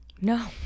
no